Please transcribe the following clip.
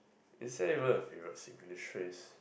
is there ever a favourite Singlish phrase